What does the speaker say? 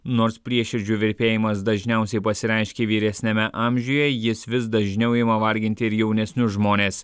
nors prieširdžių virpėjimas dažniausiai pasireiškia vyresniame amžiuje jis vis dažniau ima varginti ir jaunesnius žmones